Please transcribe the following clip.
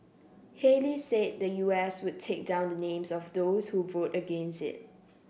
Haley said the U S would take down the names of those who vote against it